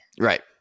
Right